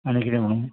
आनी कितें म्हणून